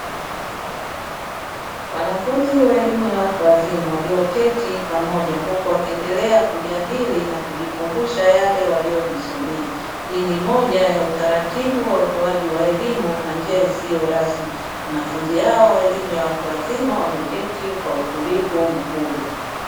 Wanafunzi wa elimu ya watu wazima walioketi pamoja huku wakiendelea wakijadili na kujikumbusha yale waliojisomea hii ni moja ya utaratibu wa utoaji wa elimu kwa njia isiyorasmi, wanafunzi hao wa elimu ya watu wazima wameketi kwa utulivu mkubwa.